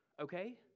okay